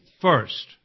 first